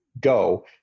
go